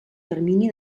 termini